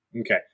Okay